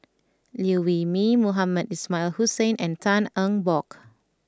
Liew Wee Mee Mohamed Ismail Hussain and Tan Eng Bock